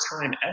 time